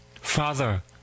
Father